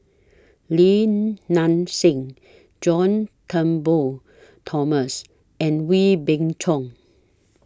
Lim Nang Seng John Turnbull Thomson and Wee Beng Chong